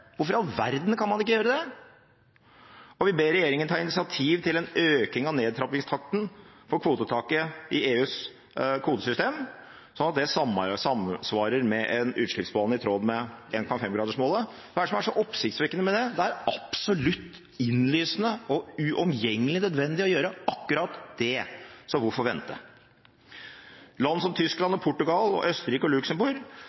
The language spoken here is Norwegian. Hvorfor i all verden kan man ikke gjøre det? Vi ber regjeringen ta initiativ til en øking av nedtrappingstakten for kvotetaket i EUs kvotesystem, sånn at det samsvarer med en utslippsbane i tråd med 1,5-gradersmålet. Hva er det som er så oppsiktsvekkende med det? Det er absolutt innlysende og uomgjengelig nødvendig å gjøre akkurat det, så hvorfor vente? Land som Tyskland,